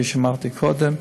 כפי שאמרתי קודם,